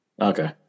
Okay